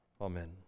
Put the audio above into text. Amen